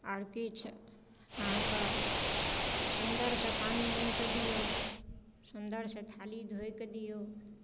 आओर किछु अहाँके सुन्दरसँ पानि आनि कऽ दियौ सुन्दरसँ थाली धोए कऽ दियौ